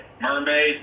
Mermaid